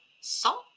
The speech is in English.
salt